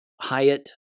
Hyatt